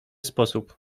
sposób